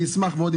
אני אשמח מאוד אם